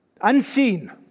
Unseen